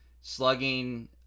Slugging